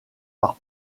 par